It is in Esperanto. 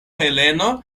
heleno